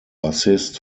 bassist